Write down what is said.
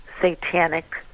Satanic